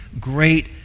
great